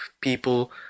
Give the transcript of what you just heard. people